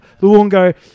Luongo